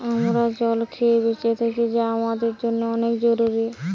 আমরা জল খেয়ে বেঁচে থাকি যা আমাদের জন্যে অনেক জরুরি